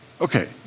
Okay